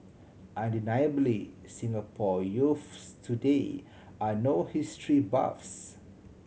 undeniably Singapore youths today are no history buffs